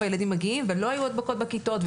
הילדים מגיעים ולא היו הדבקות בכיתות,